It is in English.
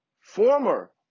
former